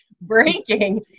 breaking